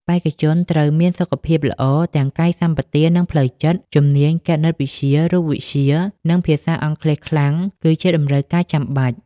បេក្ខជនត្រូវមានសុខភាពល្អទាំងកាយសម្បទានិងផ្លូវចិត្ត។ ជំនាញគណិតវិទ្យា រូបវិទ្យា និងភាសាអង់គ្លេសខ្លាំងគឺជាតម្រូវការចាំបាច់។